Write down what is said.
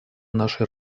нашей